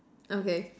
okay